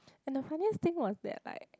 and the funniest thing was that like